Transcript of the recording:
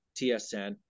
TSN